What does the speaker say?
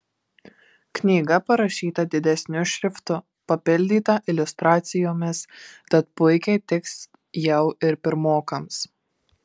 knyga parašyta didesniu šriftu papildyta iliustracijomis tad puikiai tiks jau ir pirmokams